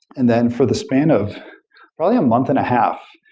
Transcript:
and then for the span of probably a month and a half,